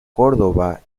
córdoba